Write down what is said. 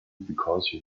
because